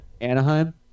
Anaheim